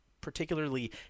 particularly